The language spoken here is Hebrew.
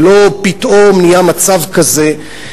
זה לא פתאום נהיה מצב כזה.